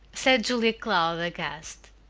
said julia cloud aghast,